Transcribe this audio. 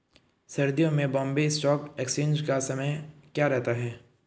सर्दियों में Bombay stock exchange का समय क्या रहता है?